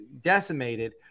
decimated